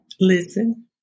listen